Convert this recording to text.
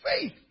faith